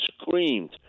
screamed